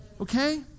Okay